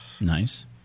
Nice